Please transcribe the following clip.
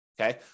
okay